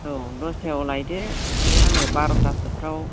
दसथायाव लायदो ओमफ्राय आङो बार'थासोफ्राव